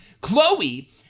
Chloe